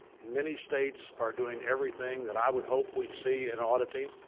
many states are doing everything that i would hope we would see in auditing.